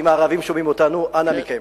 אם הערבים שומעים אותנו, אנא מכם.